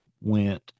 went